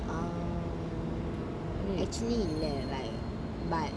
um actually இல்ல:illa like but